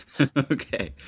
Okay